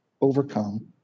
Overcome